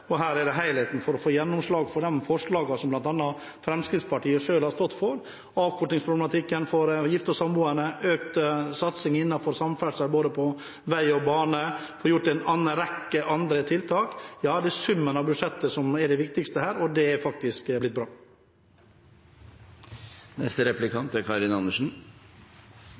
og her er det helheten for å få gjennomslag for de forslagene som bl.a. Fremskrittspartiet selv har stått for på avkortingsproblematikken for gifte og samboende og økt satsing innenfor samferdsel både på vei og bane – og vi har en rekke andre tiltak. Det er summen av budsjettet som er det viktigste her, og dette er faktisk blitt bra.